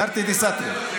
תרתי דסתרי.